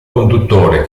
conduttore